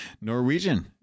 Norwegian